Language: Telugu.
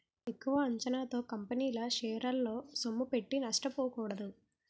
ఎక్కువ అంచనాలతో కంపెనీల షేరల్లో సొమ్ముపెట్టి నష్టపోకూడదు